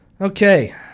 Okay